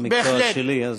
לא במקצוע שלי.